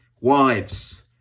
Wives